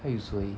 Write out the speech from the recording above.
还有谁